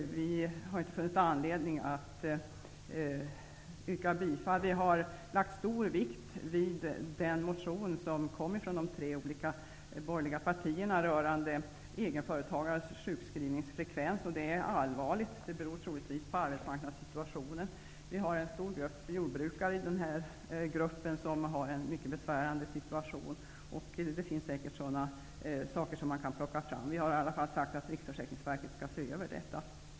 Vi har inte funnit anledning att tillstyrka dem. Vi har lagt stor vikt vid den motion som kom från de tre borgerliga partierna rörande egenföretagares sjukskrivningsfrekvens. Det är allvarligt. Det beror troligtvis på arbetsmarknadssituationen. Vi har en stor grupp jordbrukare i den här gruppen. De har en mycket besvärlig situation. Det finns säkert andra saker som man kan plocka fram. Vi har i alla fall sagt att Riksförsäkringsverket skall se över detta.